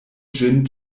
ĝin